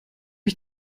ich